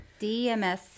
DMS